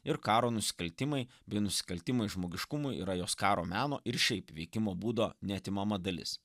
ir karo nusikaltimai bei nusikaltimai žmogiškumui yra jos karo meno ir šiaip veikimo būdo neatimama dalis